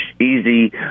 easy